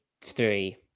three